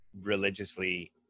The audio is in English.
religiously